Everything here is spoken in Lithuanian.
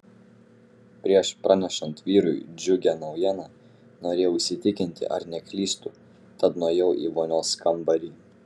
prieš pranešant vyrui džiugią naujieną norėjau įsitikinti ar neklystu tad nuėjau į vonios kambarį